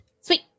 Sweet